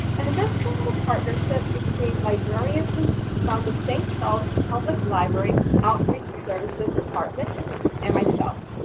and and this was a partnership between librarians from the st. charles public library outreach services department, and myself.